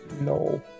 No